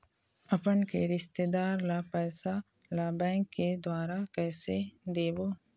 अपन के रिश्तेदार ला पैसा ला बैंक के द्वारा कैसे देबो?